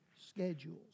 schedules